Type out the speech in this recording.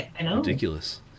ridiculous